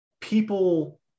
people